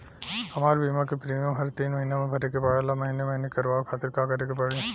हमार बीमा के प्रीमियम हर तीन महिना में भरे के पड़ेला महीने महीने करवाए खातिर का करे के पड़ी?